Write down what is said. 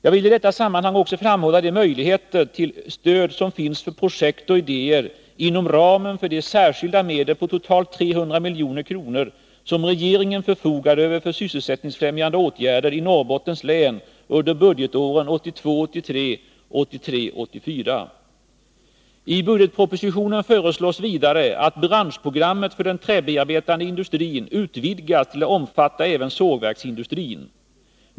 Jag vill i detta sammanhang också framhålla de möjligheter till stöd som finns för projekt och idéer inom ramen för de särskilda medel på totalt 300 milj.kr. som regeringen förfogar över för sysselsättningsfrämjande åtgärder i Norrbottens län under budgetåren 1982 84. I budgetpropositionen föreslås vidare att branschprogrammet för den träbearbetande industrin utvidgas till att omfatta även sågverksindustrin.